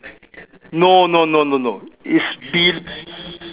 no no no no no is B